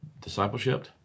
Discipleship